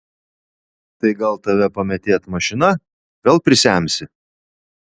tai gal tave pamėtėt mašina vėl prisemsi